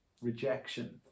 rejection